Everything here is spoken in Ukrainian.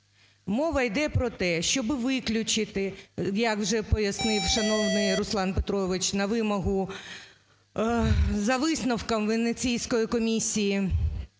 Мова іде про те, щоб виключити, як вже пояснив шановний Руслан Петрович, на вимогу за висновком Венеційської комісії